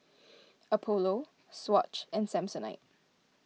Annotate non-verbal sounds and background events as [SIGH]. [NOISE] Apollo Swatch and Samsonite